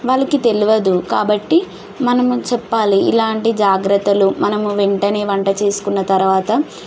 వాళ్ళకి తెలియదు కాబట్టి మనం చెప్పాలి ఇలాంటి జాగ్రత్తలు మనం వెంటనే వంట చేసుకున్న తర్వాత